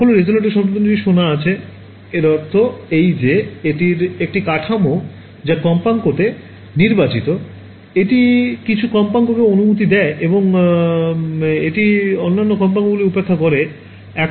সকলেরই রেজনেটর শব্দটি শোনা আছে এর অর্থ এই যে এটির একটি কাঠামো যা কম্পাঙ্ক তে নির্বাচিত এটি কিছু কম্পাঙ্ক কে অনুমতি দেয় এবং এটি অন্যান্য কম্পাঙ্ক গুলিকে উপেক্ষা করে